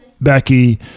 becky